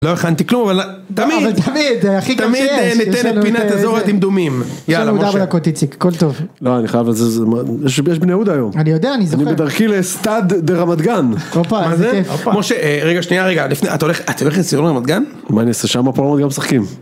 לא הכנתי כלום, אבל תמיד, תמיד, תמיד ניתן פינת אזור הדמדומים, יאללה משהו. יש בני יהודה היום, אני יודע, אני זוכר. אני בדרכי לסטאד דה רמת גן, מה זה? משה, רגע שנייה, רגע, לפני, אתה הולך, אתה הולך לאצטדיון רמת גן? מה אני אעשה? שם הפועל רמת גן משחקים.